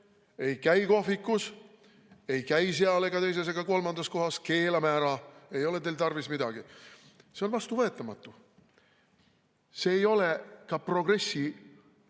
ei käi kohvikus, ei käi seal ega teises ega kolmandas kohas, keelame ära, ei ole teil tarvis midagi. See on vastuvõetamatu. See ei ole ka progressi,